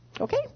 Okay